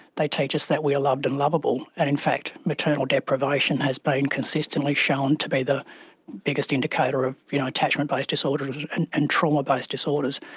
they teach us that we are loved and lovable, and in fact maternal deprivation has been consistently shown to be the biggest indicator of you know attachment-based disorders and and trauma-based disorders.